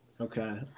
Okay